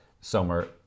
summer